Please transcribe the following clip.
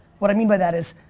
what i mean by that is,